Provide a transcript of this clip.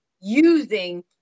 using